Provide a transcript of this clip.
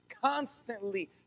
constantly